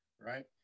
right